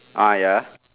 ah ya